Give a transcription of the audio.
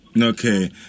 Okay